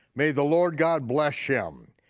may the lord god bless shem,